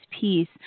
peace